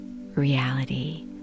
reality